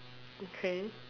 okay